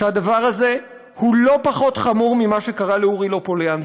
שהדבר הזה הוא לא פחות חמור ממה שקרה לאורי לופוליאנסקי.